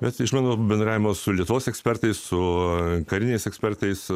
bet iš mano bendravimo su lietuvos ekspertais su kariniais ekspertais